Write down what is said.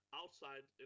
outside